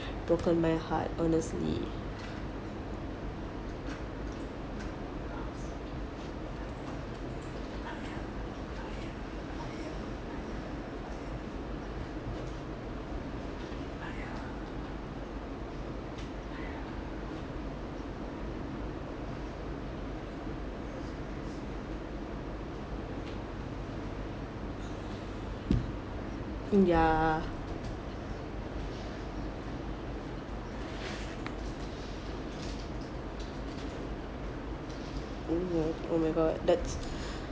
broken my heart honestly ya oh no oh my god that's